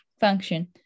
function